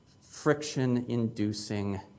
friction-inducing